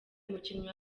umukinnyi